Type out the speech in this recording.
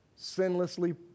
sinlessly